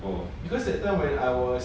oh